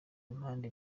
impande